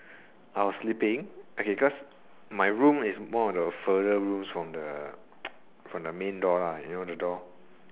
I was sleeping okay cause my room is one of the further rooms from the main door you know the door